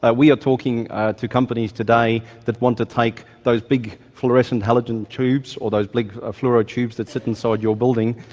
ah we are talking to companies today that want to take those big, fluorescent, halogen tubes or those big ah fluoro tubes that sit inside your building,